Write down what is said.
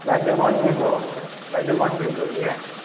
गॾु कोन थींदो गॾु कोन थींदो ईअं